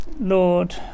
Lord